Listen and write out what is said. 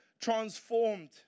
transformed